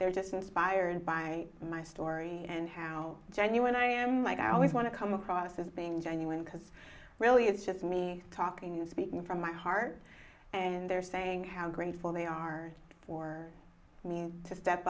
they're just inspired by my story and how genuine i am like i always want to come across as being genuine because really it's just me talking and speaking from my heart and they're saying how grateful they are for me to step